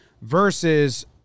versus